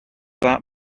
that